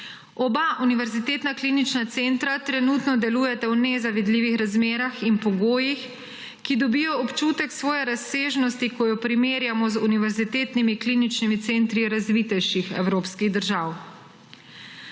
Oba univerzitetna klinična centra trenutno delujeta v nezavidljivih razmerah in pogojih, ki dobijo občutek svoje razsežnosti, ko jo primerjamo z univerzitetnimi kliničnimi centri razvitejših evropskih držav.